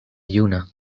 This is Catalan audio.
lluna